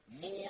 more